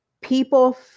people